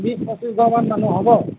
বিছ পঁচিছ ঘৰ মান মানুহ হ'ব